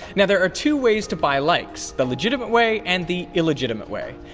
now there are two ways to buy likes, the legitimate way and the illegitimate way.